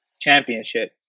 Championship